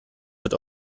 wird